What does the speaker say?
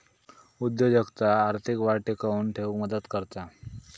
उद्योजकता आर्थिक वाढ टिकवून ठेउक मदत करता